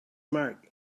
mark